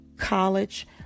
College